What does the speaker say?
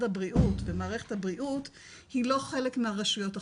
הבריאות ומערכת הבריאות היא לא חלק מהרשויות החוקרות,